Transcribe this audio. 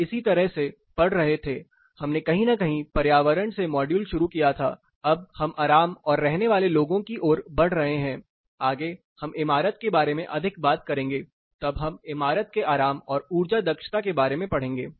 हम इसी तरह से पढ़ रहे थे हमने कहीं न कहीं पर्यावरण से मॉड्यूल शुरू किया था अब हम आराम और रहने वाले लोगो की ओर बढ़ रहे हैं आगे हम इमारत के बारे में अधिक बात करेंगे तब हम इमारत के आराम और ऊर्जा दक्षता के बारे में पढ़ेंगे